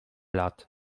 lat